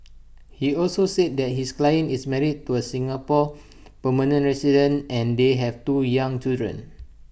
he also said that his client is married to A Singapore permanent resident and they have two young children